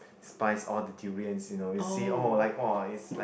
despise all the durian you know you see all like !wah! it's like